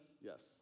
Yes